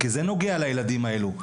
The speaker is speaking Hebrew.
כי זה נוגע לילדים האלו.